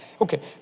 Okay